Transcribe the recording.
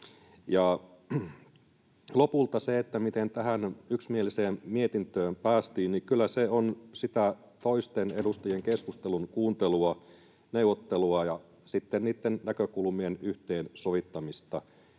Lopulta se, miten tähän yksimieliseen mietintöön päästiin, kyllä on sitä toisten edustajien keskustelun kuuntelua, neuvottelua ja sitten niitten näkökulmien yhteensovittamista.